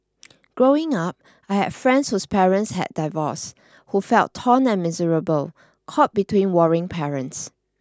growing up I have friends whose parents had divorced who felt torn and miserable caught between warring parents